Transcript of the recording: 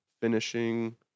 finishing